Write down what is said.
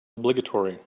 obligatory